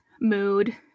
mood